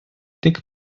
tik